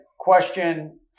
Question